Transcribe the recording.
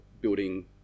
building